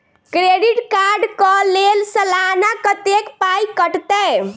Credit card कऽ लेल सलाना कत्तेक पाई कटतै?